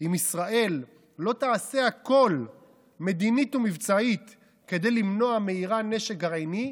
אם ישראל לא תעשה הכול מדינית ומבצעית כדי למנוע מאיראן נשק גרעיני,